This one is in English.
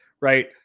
right